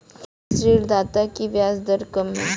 किस ऋणदाता की ब्याज दर कम है?